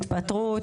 התפטרות,